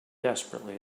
desperately